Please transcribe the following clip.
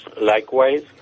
likewise